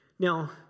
Now